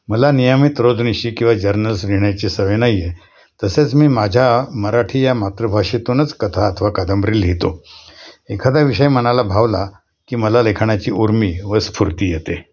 मला नियमित रोजनिशी किंवा जर्नल्स लिहिण्याची सवय नाही आहे तसेच मी माझ्या मराठी या मातृभाषेतूनच कथा अथवा कादंबरी लिहितो एखादा विषय मनाला भावला की मला लेखाणाची उर्मी व स्फुर्ती येते